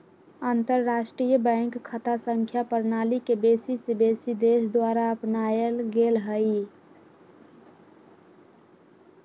अंतरराष्ट्रीय बैंक खता संख्या प्रणाली के बेशी से बेशी देश द्वारा अपनाएल गेल हइ